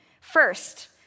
first